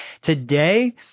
Today